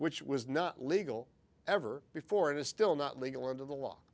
which was not legal ever before and is still not legal under the law